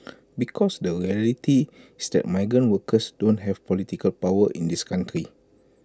because the reality's that migrant workers don't have political power in this country